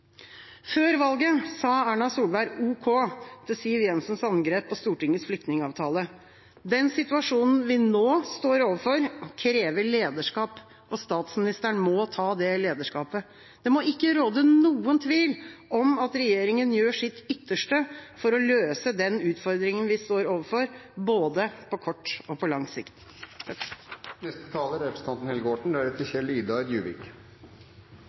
Før valget sa Erna Solberg ok til Siv Jensens angrep på Stortingets flyktningavtale. Den situasjonen vi nå står overfor, krever lederskap. Statsministeren må ta det lederskapet. Det må ikke råde noen tvil om at regjeringa gjør sitt ytterste for å løse den utfordringa vi står overfor, både på kort og på lang sikt. Den todelte økonomien og behovet for omstilling er